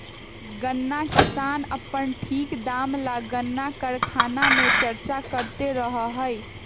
गन्ना किसान अपन ठीक दाम ला गन्ना कारखाना से चर्चा करते रहा हई